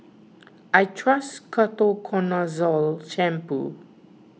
I trust Ketoconazole Shampoo